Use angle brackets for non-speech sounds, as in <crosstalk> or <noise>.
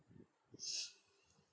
<noise>